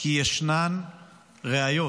כי ישנן ראיות